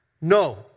No